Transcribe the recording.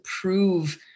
prove